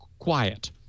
quiet